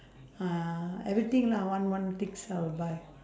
uh everything lah one one things I will buy